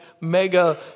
mega